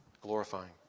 glorifying